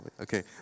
Okay